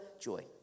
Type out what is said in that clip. Joy